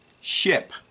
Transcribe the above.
ship